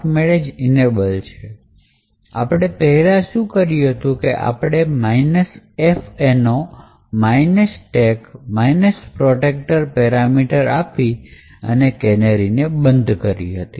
આપણે પહેલા શું કર્યું હતું કે આપણે fno stack protector પેરામીટર આપી તે કેનેરી ને બંધ કરી હતી